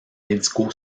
médico